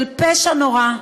של פשע נורא,